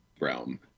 realm